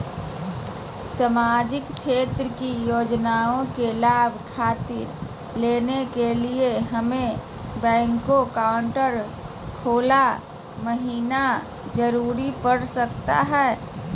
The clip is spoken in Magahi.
सामाजिक क्षेत्र की योजनाओं के लाभ खातिर लेने के लिए हमें बैंक अकाउंट खोला महिना जरूरी पड़ सकता है?